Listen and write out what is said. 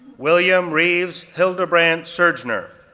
william reeves hildebrandt surgner,